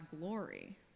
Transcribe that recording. glory